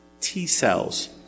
T-cells